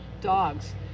dogs